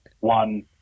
One